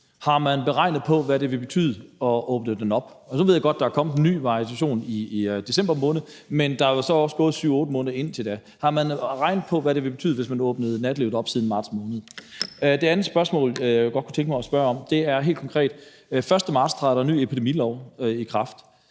Har man regnet på, hvad det vil betyde at åbne det op? Og nu ved jeg godt, at der er kommet en ny variation i december måned, men der er jo så også gået 7-8 måneder indtil da. Har man regnet på, hvad det vil betyde, hvis man åbnede nattelivet op? Det andet spørgsmål, jeg godt vil stille, er i forhold til noget helt konkret: Den 1. marts træder en ny epidemilov i kraft.